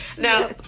Now